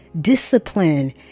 discipline